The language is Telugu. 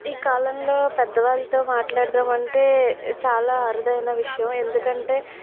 ఈ కాలంలో పెద్దవాళ్ళతో మాట్లాడుదాం అంటే చాలా అరుదైన విషయం ఎందుకంటే